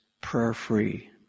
prayer-free